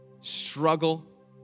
struggle